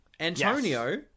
Antonio